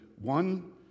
One